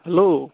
hello